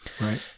Right